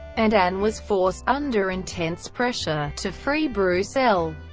and anne was forced, under intense pressure, to free broussel.